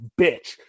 bitch